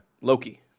Loki